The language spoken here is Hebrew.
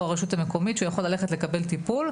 הרשות המקומית שהוא יכול ללכת ולקבל טיפול,